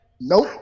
Nope